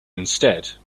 instead